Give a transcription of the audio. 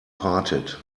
parted